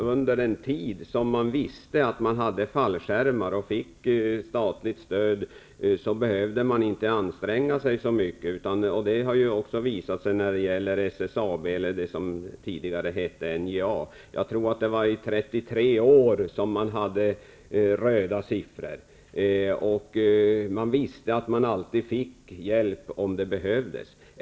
Under den tid då man visste att det fanns fallskärmar och möjligheter till statligt stöd behövde man inte anstränga sig särskilt mycket. Så har också varit fallet när det gäller SSAB, tidigare NJA. Jag tror att man i 33 år hade så att säga röda siffror. Man visste att det alltid var möjligt att få hjälp om sådan behövdes.